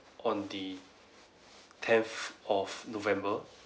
on the tenth of november